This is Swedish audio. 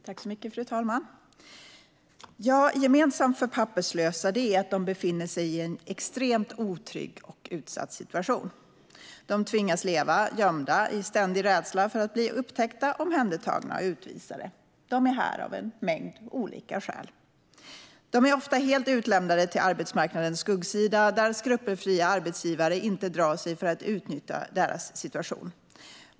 Fru talman! Gemensamt för papperslösa är att de befinner sig i en extremt otrygg och utsatt situation. De tvingas leva gömda i ständig rädsla för att bli upptäckta, omhändertagna och utvisade. De är här av en mängd olika skäl och är ofta helt utlämnade till arbetsmarknadens skuggsida där skrupelfria arbetsgivare inte drar sig för att utnyttja deras situation.